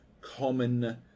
common